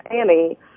Annie